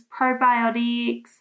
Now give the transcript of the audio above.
probiotics